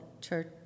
church